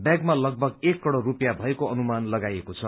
ब्यागमा लगभग एक करोड़ रुपियाँ भएको अनुमान लगाइएको छ